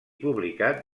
publicat